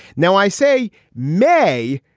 now, i say may,